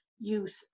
use